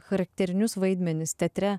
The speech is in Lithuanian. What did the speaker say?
charakterinius vaidmenis teatre